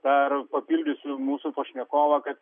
dar papildysiu mūsų pašnekovą kad